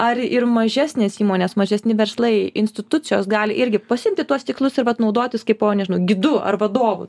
ar ir mažesnės įmonės mažesni verslai institucijos gali irgi pasiimti tuos tikslus ir vat naudotis kaipo nežinau gidu ar vadovu